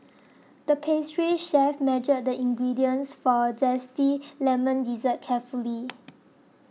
the pastry chef measured the ingredients for a Zesty Lemon Dessert carefully